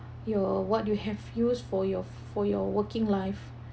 you what you have used for your for your working life